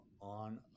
on